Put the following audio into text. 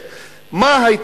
לא מהצד הכובש,